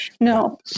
no